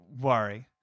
worry